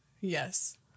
Yes